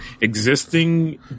existing